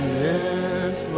yes